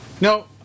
No